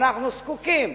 ואנחנו זקוקים